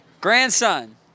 Grandson